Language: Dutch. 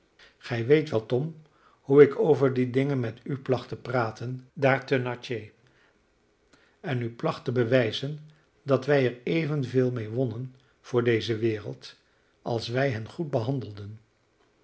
gij weet wel tom hoe ik over die dingen met u placht te praten daar te natchez en u placht te bewijzen dat wij er evenveel mee wonnen voor deze wereld als wij hen goed behandelden